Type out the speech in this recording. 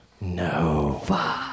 No